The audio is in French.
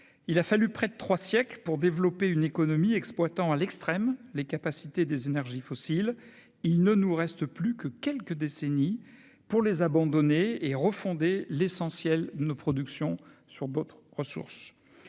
il a fallu près de 3 siècles pour développer une économie exploitant à l'extrême les capacités des énergies fossiles, il ne nous reste plus que quelques décennies pour les abandonner et refonder l'essentiel nos productions sur d'autres ressources,